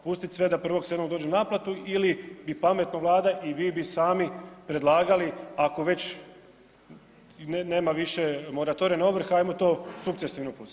Pustiti sve da 1.7. dođe na naplatu ili bi pametno Vlada i vi bi sami predlagali ako već nema više moratorija na ovrhe, ajmo to sukcesivno pustit.